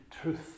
truth